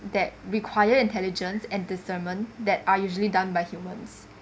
require intelligence and discernment that are usually done by humans